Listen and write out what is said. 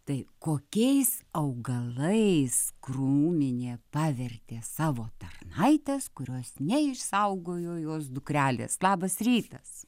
tai kokiais augalais krūminė pavertė savo tarnaites kurios neišsaugojo jos dukrelės labas rytas